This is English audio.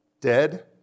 dead